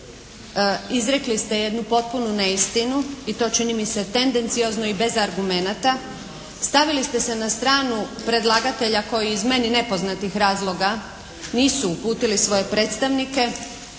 Izrekli ste jednu potpunu neistinu i to čini mi se tendenciozno i bez argumenata. Stavili ste se na stranu predlagatelja koji iz meni nepoznatih razloga nisu uputili svoje predstavnike.